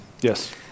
Yes